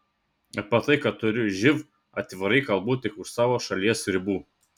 apie tai kad turiu živ atvirai kalbu tik už savo šalies ribų